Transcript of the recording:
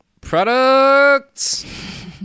products